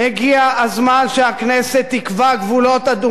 הגיע הזמן שהכנסת תקבע גבולות אדומים